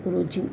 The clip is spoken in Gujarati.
રોજે